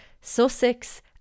Sussex